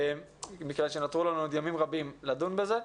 מכיוון שנותרו לנו עוד ימים רבים לדון בזה.